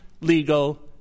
legal